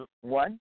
one